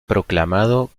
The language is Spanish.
proclamado